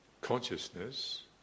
consciousness